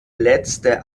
letzte